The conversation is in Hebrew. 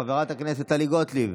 חברת הכנסת טלי גוטליב,